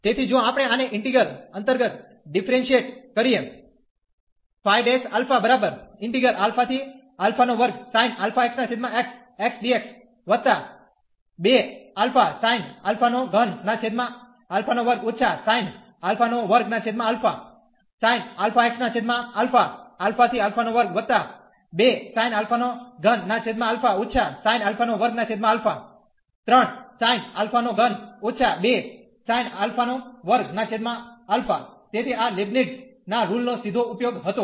તેથી જો આપણે આને ઈન્ટિગ્રલ અંતર્ગત ડીફરેનશીયેટ કરીએ તેથી આ લિબનીટ્ઝ ના રુલનો સીધો ઉપયોગ હતો